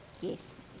Yes